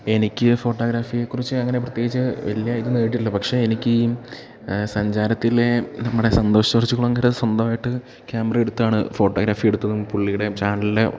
എനിക്ക് ഫോട്ടോഗ്രാഫിയേക്കുറിച്ച് അങ്ങനെ പ്രത്യേകിച്ച് വലിയ ഇതൊന്നും ആയിട്ടില്ല പക്ഷേ എനിക്കീ സഞ്ചാരത്തിലേ നമ്മുടെ സന്തോഷ് ജോർജ്ജ് കുളങ്ങര സ്വന്തമായിട്ട് ക്യാമറയെടുത്താണ് ഫോട്ടോഗ്രാഫിയെടുത്തതും പുള്ളിയുടെ ചാനലിൽ